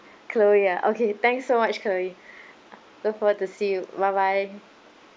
chloe ah okay thanks so much chloe look forward to see you bye bye